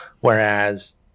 whereas